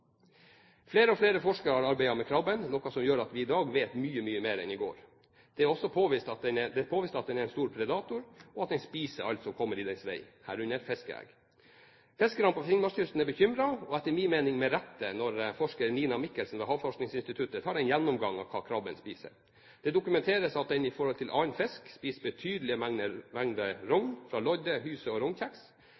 Flere og flere forskere har arbeidet med krabben, noe som gjør at vi i dag vet mye, mye mer enn i går. Det er påvist at den er en stor predator, og at den spiser alt som kommer i dens vei, herunder fiskeegg. Fiskerne på Finnmarkskysten er bekymret, og etter min mening med rette når forsker Nina Mikkelsen ved Havforskningsinstituttet tar en gjennomgang av hva krabben spiser. Det dokumenteres at den i forhold til annen fisk spiser betydelige mengder